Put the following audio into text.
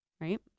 Right